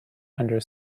under